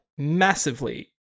Massively